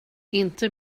inte